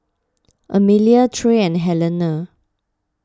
Amalia Trey and Helena